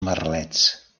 merlets